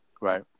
Right